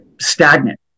stagnant